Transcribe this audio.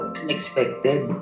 unexpected